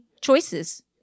choices